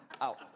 Out